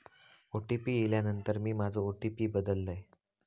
OTP इल्यानंतर मी माझो ओ.टी.पी बदललय